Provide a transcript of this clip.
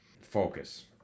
focus